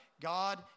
God